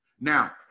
now